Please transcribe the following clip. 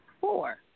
four